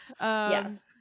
Yes